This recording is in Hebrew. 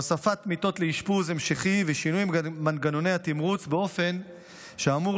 הוספת מיטות לאשפוז המשכי ושינוי מנגנוני התמרוץ באופן שאמור